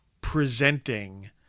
presenting